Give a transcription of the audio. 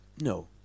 No